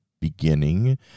beginning